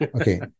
Okay